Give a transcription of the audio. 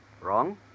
Wrong